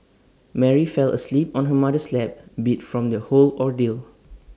Mary fell asleep on her mother's lap beat from the whole ordeal